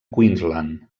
queensland